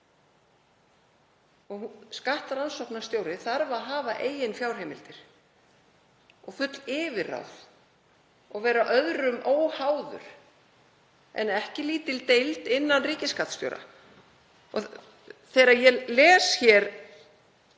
Skattrannsóknarstjóri þarf að hafa eigin fjárheimildir og full yfirráð og vera öðrum óháður en ekki lítil deild innan ríkisskattstjóra. Þegar ég les